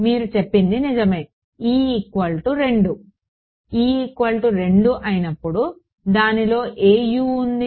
మీరు చెప్పింది నిజమే e 2 e 2 అయినప్పుడు దానిలో ఏ U ఉంది